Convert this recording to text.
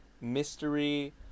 mystery